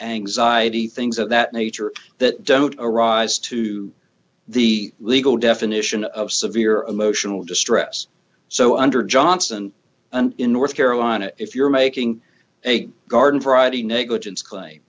anxiety things of that nature that don't arise to the legal definition of severe emotional distress so under johnson and in north carolina if you're making a garden variety negligence cla